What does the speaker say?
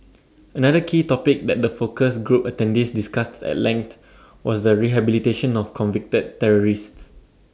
another key topic that the focus group attendees discussed at length was the rehabilitation of convicted terrorists